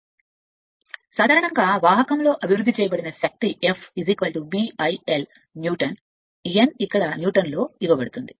కాబట్టి ఇప్పుడు సాధారణంగా వాహకంలో అభివృద్ధి చేయబడిన శక్తి ఇవ్వబడుతుంది ఆ F B I l newton N N ఇక్కడ న్యూటన్ ఇవ్వబడుతుంది